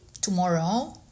tomorrow